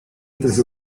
otras